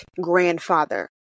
grandfather